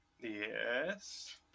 Yes